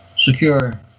secure